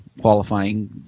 qualifying